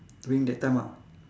during that time ah